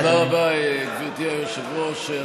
תודה רבה, גברתי היושבת-ראש.